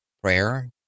prayer